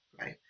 right